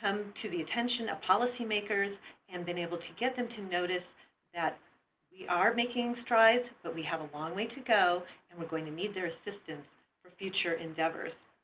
come to the attention of policymakers and been able to get them to notice that we are making strides, but we have a long way to go. and we're going to need their assistance for future endeavors.